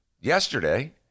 yesterday